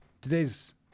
today's